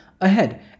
ahead